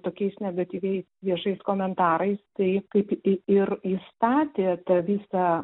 tokiais negatyviai viešais komentarais tai kaip į ir įstatė tą visą